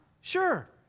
Sure